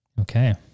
Okay